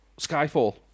Skyfall